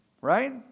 Right